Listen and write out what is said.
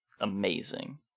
Amazing